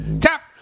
tap